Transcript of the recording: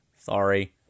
Sorry